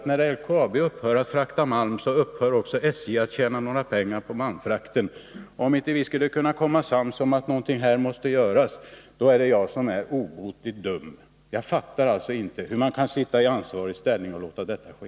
När LKAB upphör med att frakta malm upphör också SJ att tjäna pengar på malmfrakten. Skulle vi inte kunna komma överens om att något måste göras, så är det jag som är obotligt dum. Jag fattar alltså inte hur man kan sitta i ansvarig ställning och låta detta ske.